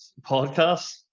podcast